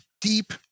deep